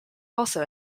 also